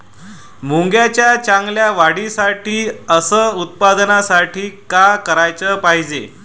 मुंगाच्या चांगल्या वाढीसाठी अस उत्पन्नासाठी का कराच पायजे?